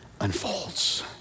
unfolds